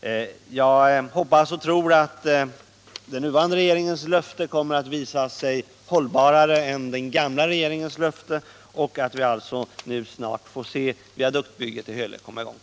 Jag hoppas och tror att den nuvarande regeringens löfte kommer att visa sig hållbarare än den gamla regeringens och att vi alltså snart får se viaduktbygget i Hölö komma i gång.